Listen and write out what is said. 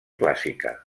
clàssica